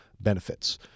benefits